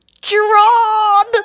Gerard